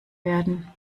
werden